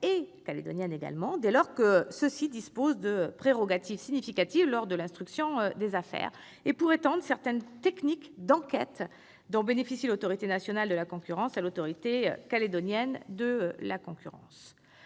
et calédoniennes, dès lors que ceux-ci disposent de prérogatives significatives lors de l'instruction des affaires, et pour étendre certaines techniques d'enquête dont bénéficie l'Autorité nationale de la concurrence à l'Autorité calédonienne de la concurrence.